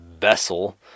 vessel